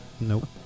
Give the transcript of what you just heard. Nope